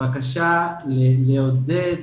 בקשה לעודד,